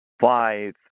five